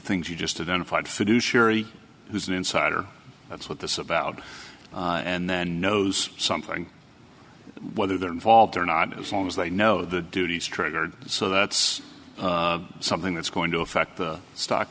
things you just didn't find fiduciary who's an insider that's what this about and then knows something whether they're involved or not as long as they know the duties triggered so that's something that's going to affect the stock